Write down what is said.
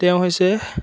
তেওঁ হৈছে